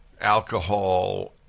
alcohol